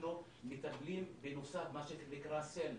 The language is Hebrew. ואנחנו מטפלים בנוסף במה שנקרא SEL,